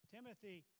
Timothy